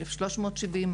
בשנה ראשונה זה 1,370 שקל,